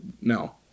no